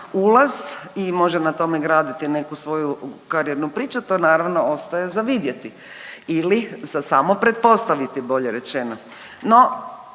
i može na tome graditi neku svoju karijernu priču, to naravno ostaje za vidjeti ili za samo pretpostaviti bolje rečeno.